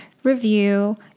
review